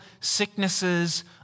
sicknesses